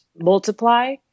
multiply